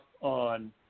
on